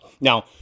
Now